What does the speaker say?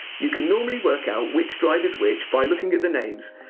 you can normally work out which drive is which by looking at the names,